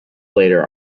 later